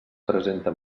presenta